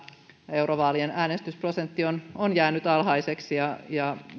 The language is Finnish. eurovaalien äänestysprosentti on on jäänyt alhaiseksi ja ja